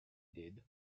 did